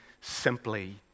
simply